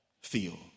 feel